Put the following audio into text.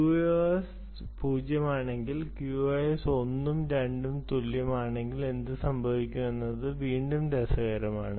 QoS പൂജ്യമാണെങ്കിൽ QoS ഒന്നും രണ്ടും തുല്യമാണെങ്കിൽ എന്തുസംഭവിക്കുമെന്നത് വീണ്ടും രസകരമാണ്